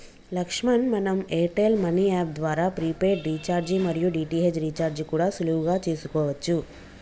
లక్ష్మణ్ మనం Airtel money app ద్వారా prepaid recharge మరియు డి.టి.హెచ్ రీఛార్జి కూడా సులువుగా చేసుకోవచ్చు